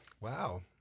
Wow